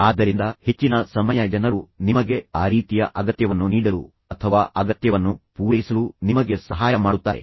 ಆದ್ದರಿಂದ ಹೆಚ್ಚಿನ ಸಮಯ ಜನರು ನಿಮಗೆ ಆ ರೀತಿಯ ಅಗತ್ಯವನ್ನು ನೀಡಲು ಅಥವಾ ಅಗತ್ಯವನ್ನು ಪೂರೈಸಲು ನಿಮಗೆ ಸಹಾಯ ಮಾಡುತ್ತಾರೆ